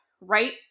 right